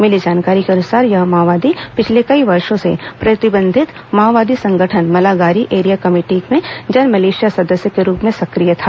मिली जानकारी के अनुसार यह माओवादी पिछले कई वर्षों से प्रतिबंधित माओवादी संगठन मलागारी एरिया कमेटी में जनमिलिशिया सदस्य के रूप में सक्रिय था